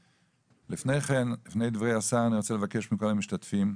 לפני דברי השר, אני רוצה לבקש מכל המשתתפים,